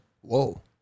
Whoa